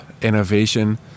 innovation